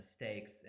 mistakes